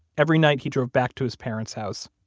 every night he drove back to his parents' house,